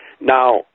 Now